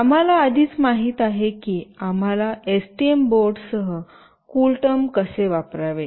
आम्हाला आधीच माहित आहे की आम्हाला एसटीएम बोर्डसह कूल टर्म कसे वापरावे